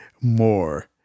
More